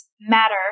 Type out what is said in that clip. matter